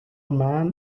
man